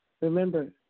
remember